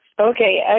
Okay